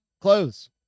clothes